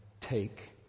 take